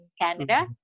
Canada